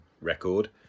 record